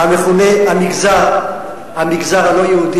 המגזר הלא-יהודי,